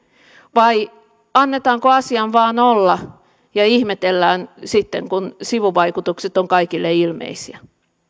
vai annetaanko asian vain olla ja ihmetellään sitten kun sivuvaikutukset ovat kaikille ilmeisiä